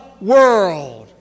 world